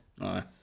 Aye